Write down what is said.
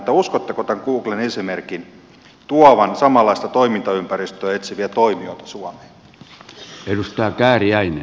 uskotteko tämän googlen esimerkin tuovan samanlaista toimintaympäristöä etsiviä toimijoita suomeen